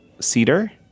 cedar